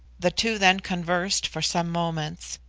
the two then conversed for some moments,